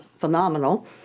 phenomenal